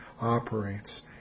operates